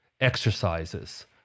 exercises